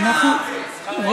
שלכם?